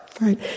Right